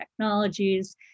technologies